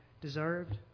deserved